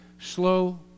slow